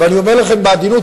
ואני אומר לכם בהגינות,